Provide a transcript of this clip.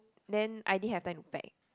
then I didn't have time to pack